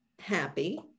happy